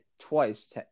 twice